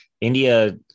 india